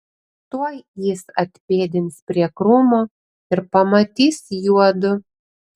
tuoj jis atpėdins prie krūmo ir pamatys juodu